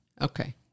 okay